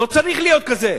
ולא צריך להיות כזה.